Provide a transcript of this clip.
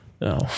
No